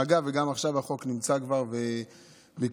גם עכשיו החוק כבר נמצא, וביקשנו,